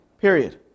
Period